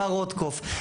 מר רוטקופף,